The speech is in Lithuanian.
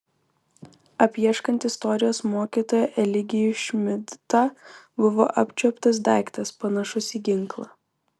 apieškant istorijos mokytoją eligijų šmidtą buvo apčiuoptas daiktas panašus į ginklą